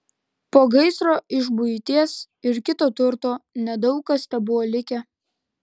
po gaisro iš buities ir kito turto nedaug kas tebuvo likę